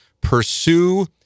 Pursue